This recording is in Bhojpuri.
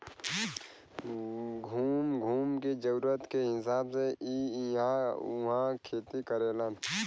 घूम घूम के जरूरत के हिसाब से इ इहां उहाँ खेती करेलन